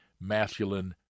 masculine